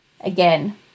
again